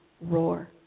roar